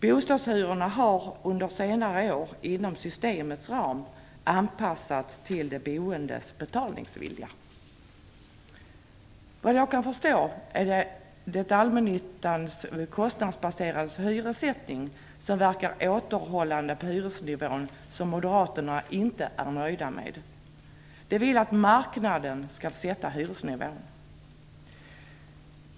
Bostadshyrorna har under senare år, inom systemets ram, anpassats till de boendes betalningsvilja. De allmännyttiga bostadsföretagens kostnadsbaserade hyressättning verkar återhållande på hyresnivån. Såvitt jag förstår är moderaterna inte nöjda med det. De vill att marknaden skall sätta hyresnivån.